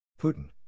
Putin